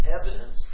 evidence